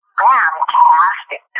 fantastic